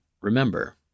remember